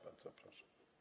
Bardzo proszę.